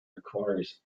requires